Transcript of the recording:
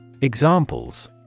Examples